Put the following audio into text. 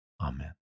Amen